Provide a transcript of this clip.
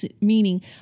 meaning